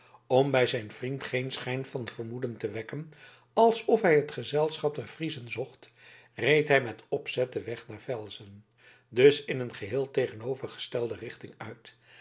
om bij zijn vriend geen schijn van vermoeden te wekken alsof hij het gezelschap der friezen zocht reed hij met opzet den weg naar velzen dus in een geheel tegenovergestelde richting uit